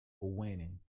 winning